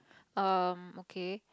um okay